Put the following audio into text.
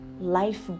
life